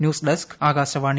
news desk Akashvani